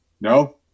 No